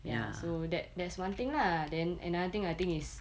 ya so that that's one thing lah then another thing I think is